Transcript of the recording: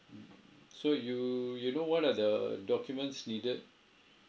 so you you know what are the documents needed